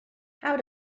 how